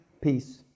Peace